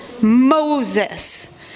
Moses